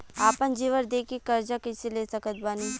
आपन जेवर दे के कर्जा कइसे ले सकत बानी?